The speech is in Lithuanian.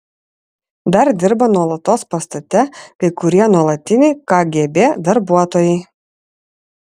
dar dirba nuolatos pastate kai kurie nuolatiniai kgb darbuotojai